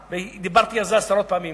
דיברתי על זה עשרות פעמים,